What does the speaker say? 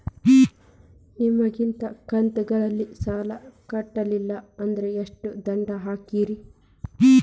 ನಿಗದಿತ ಕಂತ್ ಗಳಲ್ಲಿ ಸಾಲ ಕಟ್ಲಿಲ್ಲ ಅಂದ್ರ ಎಷ್ಟ ದಂಡ ಹಾಕ್ತೇರಿ?